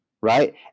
right